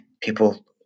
people